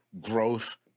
growth